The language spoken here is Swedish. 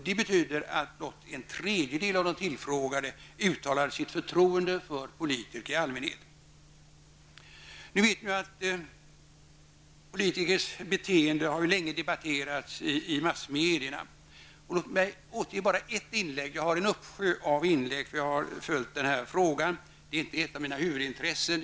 Det betyder att blott en tredjedel av de tillfrågade uttalade sitt förtroende för politiker i allmänhet. Politikers beteende har länge debatterats i massmedierna. Låt mig återge bara ett inlägg. Jag har en uppsjö av inlägg, för jag har följt den här frågan. Det är inte ett av mina huvudintressen.